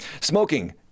Smoking